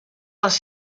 les